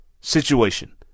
situation